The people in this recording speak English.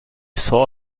saw